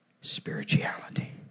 Spirituality